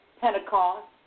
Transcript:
Pentecost